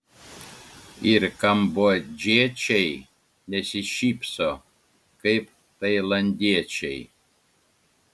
ir kambodžiečiai nesišypso kaip tailandiečiai